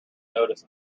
notice